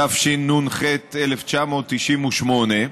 התשנ"ח 1998,